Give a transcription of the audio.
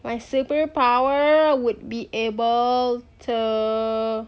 my super power would be able to